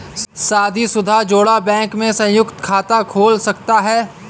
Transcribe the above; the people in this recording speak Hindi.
शादीशुदा जोड़ा बैंक में संयुक्त खाता खोल सकता है